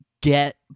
get